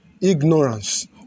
ignorance